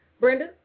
Brenda